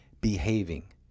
behaving